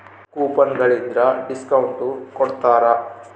coupon ಗಳಿದ್ರ discount ಕೊಡ್ತಾರ